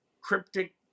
cryptic